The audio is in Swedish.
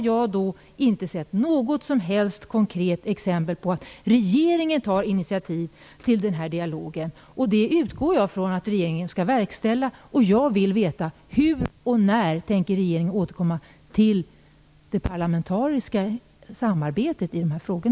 Jag har inte sett något som helst konkret exempel på att regeringen tar initiativ till denna dialog. Jag utgår från att regeringen skall verkställa beslutet. Hur och när tänker regeringen återkomma till det parlamentariska samarbetet i dessa frågor?